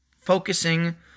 focusing